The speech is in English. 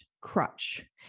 crutch